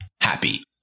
happy